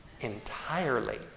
Entirely